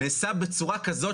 הוא נעשה בצורה כזאת,